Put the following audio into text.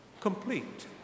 complete